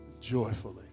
joyfully